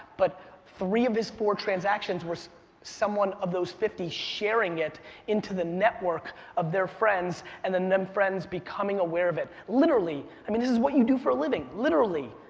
but three of his four transactions were someone of those fifty sharing it into the network of their friends, and then their friends becoming aware of it. literally, i mean this is what you do for a living, literally,